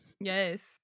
Yes